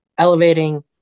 elevating